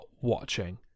watching